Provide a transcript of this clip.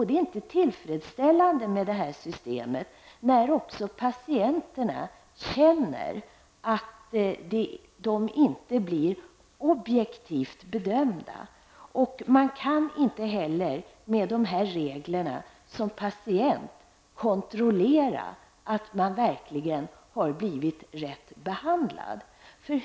Det är inte tillfredsställande med detta system där patienterna känner att det inte blir objektivt bedömda. Man kan inte heller med dessa regler som patient kontrollera att man verkligen blivit rätt behandlad.